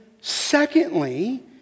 secondly